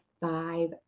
five